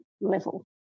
level